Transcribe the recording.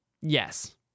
yes